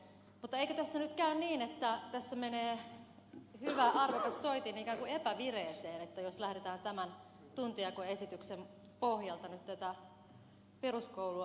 mutta eikö tässä nyt käy niin että tässä menee hyvä arvokas soitin ikään kuin epävireeseen jos lähdetään tämän tuntijakoesityksen pohjalta nyt tätä peruskoulua säätämään